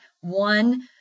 one